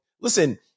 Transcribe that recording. listen